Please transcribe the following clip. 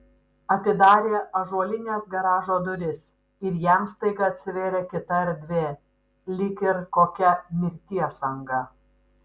atidarė ąžuolines garažo duris ir jam staiga atsivėrė kita erdvė lyg ir kokia mirties anga